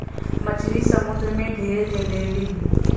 मछरी समुंदर में ढेर मिललीन